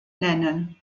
nennen